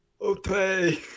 Okay